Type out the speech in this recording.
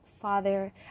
Father